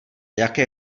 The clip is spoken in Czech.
jaké